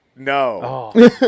No